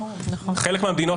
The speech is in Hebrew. חלק מהמדינות,